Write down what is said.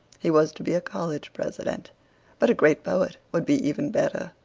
he was to be a college president but a great poet would be even better.